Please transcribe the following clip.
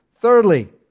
Thirdly